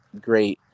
great